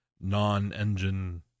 non-engine